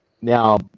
now